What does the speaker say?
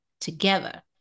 together